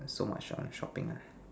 so much on shopping lah